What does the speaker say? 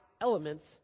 elements